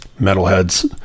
metalheads